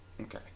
Okay